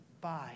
bye